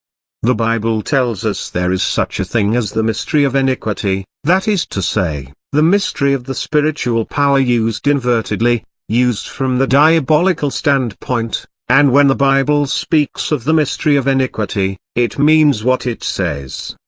the bible tells us there is such a thing as the mystery of iniquity, that is to say, the mystery of the spiritual power used invertedly, used from the diabolical standpoint and when the bible speaks of the mystery of iniquity, it means what it says.